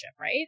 Right